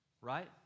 right